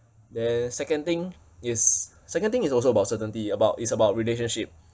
then second thing is second thing is also about certainty about it's about relationship